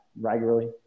regularly